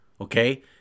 okay